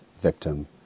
victim